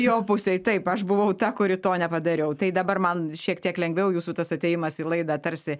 jo pusėj taip aš buvau ta kuri to nepadariau tai dabar man šiek tiek lengviau jūsų tas atėjimas į laidą tarsi